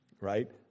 right